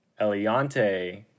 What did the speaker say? Eliante